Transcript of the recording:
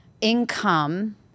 income